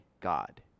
God